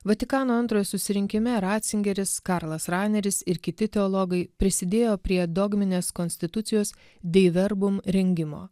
vatikano antro susirinkime ratzingeris karlas raneris ir kiti teologai prisidėjo prie dogminės konstitucijos bei verbum rengimo